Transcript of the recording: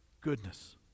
goodness